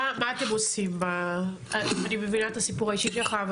אני מבינה את הסיפור האישי שלך,